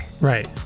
Right